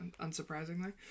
unsurprisingly